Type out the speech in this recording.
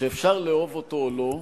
שאפשר לאהוב אותו או לא,